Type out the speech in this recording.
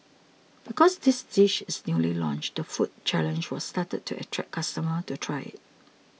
because this dish is newly launched the food challenge was started to attract customers to try it